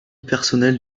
personnel